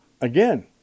Again